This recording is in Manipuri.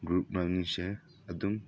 ꯒ꯭ꯔꯨꯞ ꯃꯃꯤꯡꯁꯦ ꯑꯗꯨꯝ